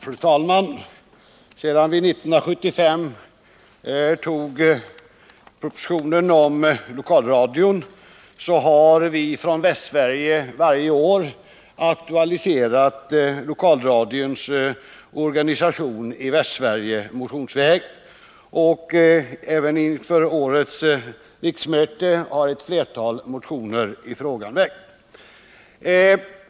Fru talman! Sedan riksdagen år 1975 antog propositionen om lokalradion har vi från Västsverige varje år motionsvägen aktualiserat frågan om lokalradions organisation där. Även vid årets riksmöte har ett flertal motioner 61 i samma fråga väckts.